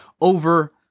over